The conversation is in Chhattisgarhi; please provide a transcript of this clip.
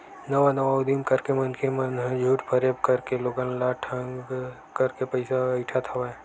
नवा नवा उदीम करके मनखे मन ह झूठ फरेब करके लोगन ल ठंग करके पइसा अइठत हवय